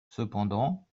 cependant